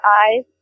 eyes